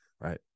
right